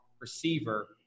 receiver